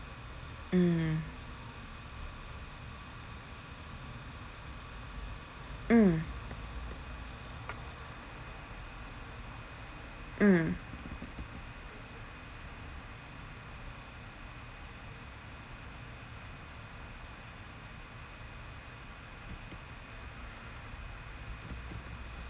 mm mm mm